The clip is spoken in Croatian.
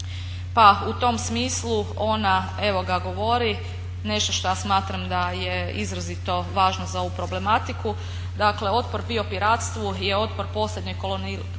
Pa u tom smislu ona evo ga govori nešto što ja smatram da je izrazito važno za ovu problematiku. Dakle, otpor biopiratstvu je otpor posljednjoj kolonizaciji